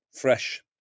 fresh